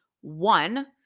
One